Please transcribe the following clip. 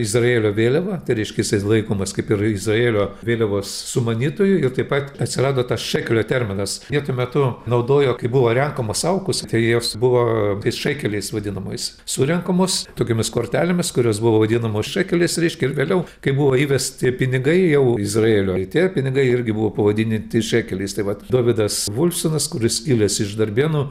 izraelio vėliava tai reiškia jisai laikomas kaip ir izraelio vėliavos sumanytoju ir taip pat atsirado tas šekelio terminas jį tuo metu naudojo kaip buvo renkamos aukos tai jos buvo tai šekeliais vadinamais surenkamos tokiomis kortelėmis kurios buvo vadinamos šekeliais reiškia ir vėliau kai buvo įvesti pinigai jau izraelio ir tie pinigai irgi buvo pavadinti šekeliais tai vat dovydas volfsonas kuris kilęs iš darbėnų